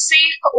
Safe